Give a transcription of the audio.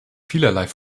vielerlei